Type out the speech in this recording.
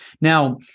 Now